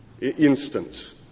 instance